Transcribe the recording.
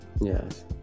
yes